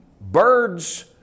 Birds